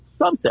subset